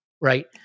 right